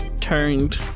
turned